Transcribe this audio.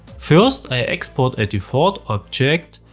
first i export a default object,